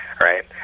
right